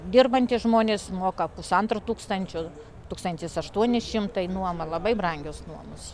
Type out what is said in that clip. dirbantys žmonės moka pusantro tūkstančio tūkstantis aštuoni šimtai nuoma labai brangios nuomos